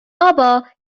ابا